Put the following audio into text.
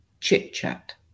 chit-chat